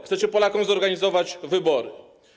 Chcecie Polakom zorganizować wybory.